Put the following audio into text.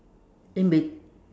in bet~